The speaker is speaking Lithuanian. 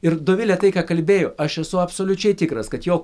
ir dovilė tai ką kalbėjo aš esu absoliučiai tikras kad jo